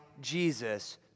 Jesus